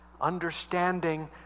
understanding